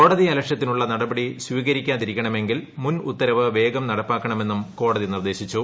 കാടതിയലക്ഷ്യത്തിനുള്ള നടപടി സ്വീകരിക്കാതിരിക്കണമെങ്കിൽ മുൻ ഉത്തരവ് വേഗം നടപ്പാക്കണമെന്നും കോടതി നിർദ്ദേശിച്ചു